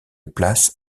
place